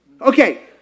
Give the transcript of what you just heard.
Okay